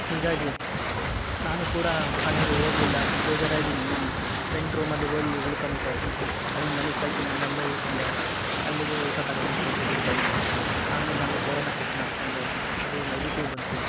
ಹೀಗಾಗಿ ನಾನೂ ಕೂಡ ಮನೆಗೆ ಹೋಗ್ಲಿಲ್ಲ ಬೇಜಾರಾಗಿ ಫ್ರೆಂಡ್ ರೂಮಲ್ಲಿ ಹೋಗಿ ಉಳ್ಕಂಬಿಟ್ಟೆ ಅವನ್ನ ಮನೆಗೆ ಕಳಿಸಿ ನಾನು ಅಲ್ಲೇ ಉಳ್ಕೊಂಡೆ ಅಲ್ಲಿಗೇ ಊಟ ತಗಂಬಂದು ಕೊಡ್ತಿದ್ದರು ಡೈಲಿ ಆಮೇಲೆ ನಾನು ಕೊರೋನಾ ಚೆಕ್ ಮಾಡ್ಸ್ಗಂಡೆ ಅದು ನೆಗೆಟಿವ್ ಬಂತು